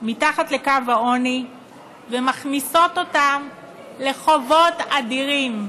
מתחת לקו העוני ומכניסים אותן לחובות אדירים,